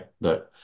right